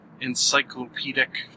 encyclopedic